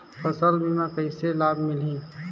फसल बीमा के कइसे लाभ मिलही?